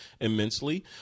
immensely